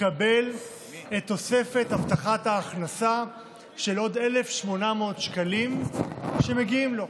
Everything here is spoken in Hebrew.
לקבל את תוספת הבטחת ההכנסה של עוד 1,800 שקלים שמגיעים לו.